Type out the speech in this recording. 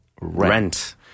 rent